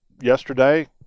yesterday